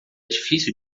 difícil